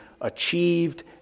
achieved